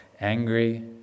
angry